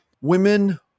Women